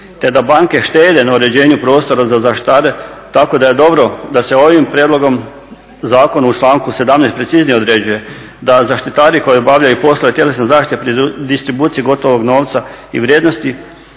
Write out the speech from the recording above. te da banke štede na uređenju prostora za zaštitare tako da je dobro da se ovim prijedlogom zakona u članku 17.preciznije određuje da zaštitari koji obavljaju poslove tjelesne zaštite pri distribuciji gotovog novca i vrijednosti